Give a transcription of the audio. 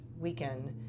weekend